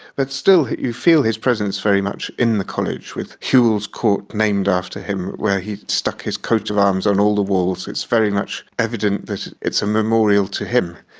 but still you feel his presence very much in the college, with whewell's court named after him where he stuck his coat of arms on all the walls. it's very much evident that it's a memorial to him.